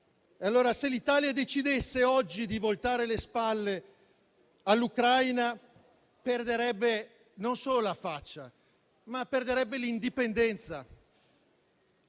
Se l'Italia decidesse oggi di voltare le spalle all'Ucraina, perderebbe non solo la faccia, ma l'indipendenza.